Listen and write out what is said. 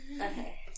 Okay